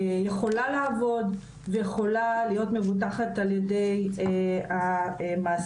יכולה לעבוד ויכולה להיות מבוטחת על ידי המעסיק.